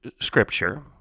scripture